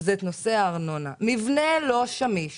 את נושא הארנונה כך שמבנה לא שמיש